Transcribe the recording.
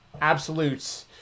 absolute